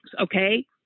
okay